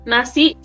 Nasi